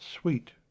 sweet